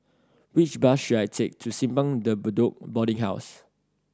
which bus should I take to Simpang De Bedok Boarding House